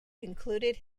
concluded